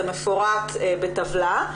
זה מפורט בטבלה.